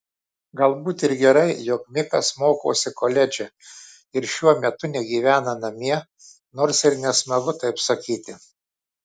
galbūt ir gerai jog mikas mokosi koledže ir šuo metu negyvena namie nors ir nesmagu taip sakyti